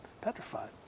petrified